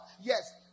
yes